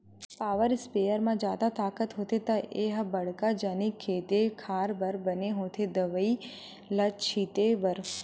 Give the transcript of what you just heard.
power sprayer म जादा ताकत होथे त ए ह बड़का जनिक खेते खार बर बने होथे दवई ल छिते बर